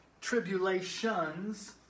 tribulations